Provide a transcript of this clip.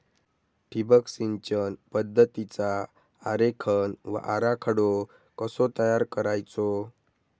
ठिबक सिंचन पद्धतीचा आरेखन व आराखडो कसो तयार करायचो?